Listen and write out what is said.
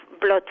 blood